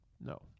no